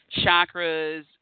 chakras